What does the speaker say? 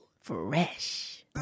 Fresh